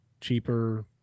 cheaper